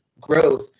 growth